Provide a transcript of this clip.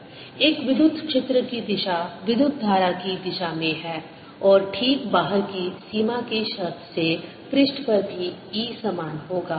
EρjρIa2 एक विद्युत क्षेत्र की दिशा विद्युत धारा की दिशा में है और ठीक बाहर की सीमा की शर्त से पृष्ठ पर भी E समान होगा